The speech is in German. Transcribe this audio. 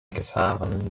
gefahren